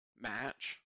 match